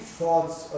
thoughts